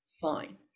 fine